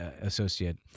associate